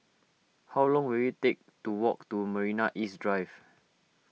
how long will it take to walk to Marina East Drive